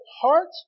heart